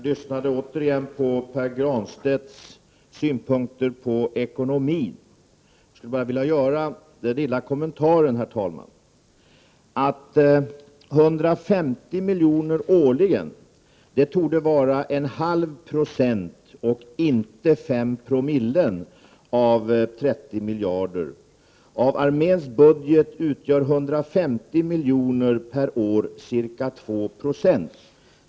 Herr talman! Till Pär Granstedts synpunkter på ekonomin, som vi just lyssnade till, skulle jag bara vilja göra den lilla kommentaren, att 150 miljoner årligen torde vara 1/2 90 och inte 5 Zo av 30 miljarder. Av arméns budget utgör 150 miljoner per år ca 2 Jo.